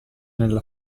nella